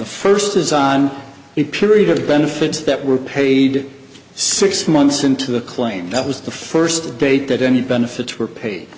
the first is on the period of benefits that were paid six months into the claim that was the first date that any benefits were paid